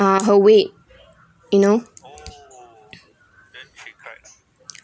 ah her weight you know